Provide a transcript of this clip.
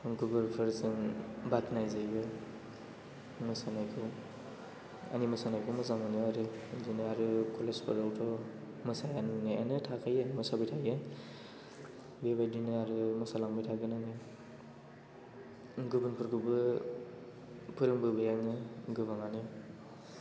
गुबुनफोरजों बाख्नाय जायो मोसानायखौ आंनि मोसानायखौ मोजां मोनो आरो बिदिनो आरो कलेजफोरावथ' मोसाबायानो थाखायो बेबायदिनो आरो मोसालांबाय थागोन आङो गुबुनफोरखौबो फोरोंबोबाय आङो गोबांआनो